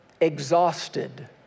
exhausted